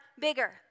bigger